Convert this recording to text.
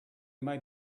might